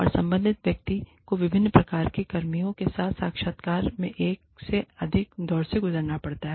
और संबंधित व्यक्ति को विभिन्न प्रकार के कर्मियों के साथ साक्षात्कार के एक से अधिक दौर से गुजरना पड़ता है